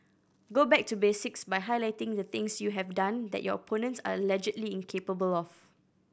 go back to basics by highlighting the things you have done that your opponents are allegedly incapable of